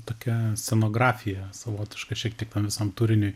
tokia scenografija savotiška šiek tiek tam visam turiniui